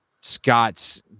Scott's